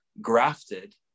grafted